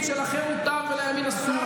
לשמאל מותר ולימין אסור.